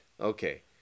Okay